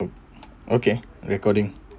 okay recording